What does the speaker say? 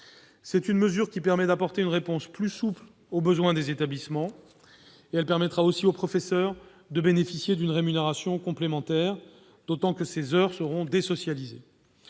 C'est une mesure qui permettra d'apporter une réponse plus souple aux besoins des établissements. Elle permettra aussi aux professeurs de bénéficier d'une rémunération complémentaire, d'autant que ces heures seront désocialisées.